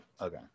okay